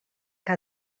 que